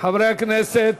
חברי הכנסת,